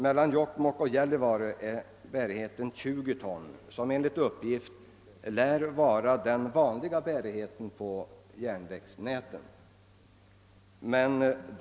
Mellan Jokkmokk och Gällivare är den 20 ton, som enligt uppgift är den vanliga bärigheten på järnvägsnätet.